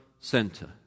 center